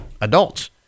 adults